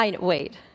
wait